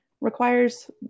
requires